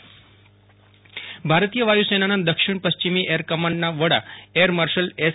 અશરફ નથવાણી વા યુસેના ભારતીય વાયુ સેનાના દક્ષિણ પશ્ચિમી એર કમાન્ડના વડા એર માર્શલ એસ